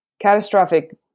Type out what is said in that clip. catastrophic